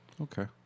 Okay